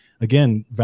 again